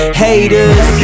haters